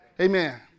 Amen